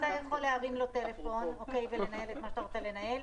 אתה יכול להרים לו טלפון ולנהל את מה שאתה רוצה לנהל.